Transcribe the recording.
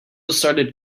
started